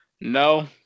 no